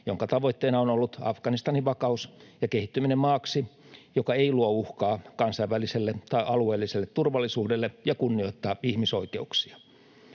jonka tavoitteena on ollut Afganistanin vakaus ja kehittyminen maaksi, joka ei luo uhkaa kansainväliselle tai alueelliselle turvallisuudelle ja kunnioittaa ihmisoikeuksia.